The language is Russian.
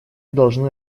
должны